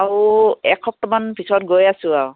আৰু এসপ্তাহমানৰ পিছত গৈ আছোঁ আৰু